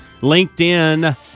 LinkedIn